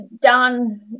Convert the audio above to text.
done